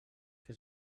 que